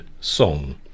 song